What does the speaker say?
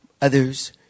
others